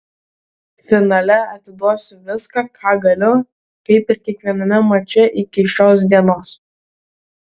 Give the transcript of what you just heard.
finale atiduosiu viską ką galiu kaip ir kiekviename mače iki šios dienos